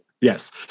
Yes